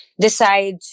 decide